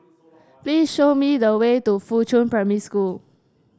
please show me the way to Fuchun Primary School